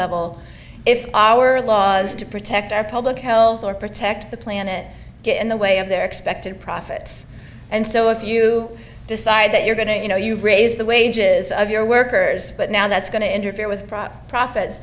level if our laws to protect our public health or protect the planet get in the way of their expected profits and so if you decide that you're going to you know you raise the wages of your workers but now that's going to interfere with profits